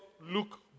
look